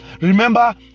Remember